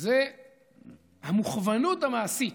זה המוכוונות המעשית,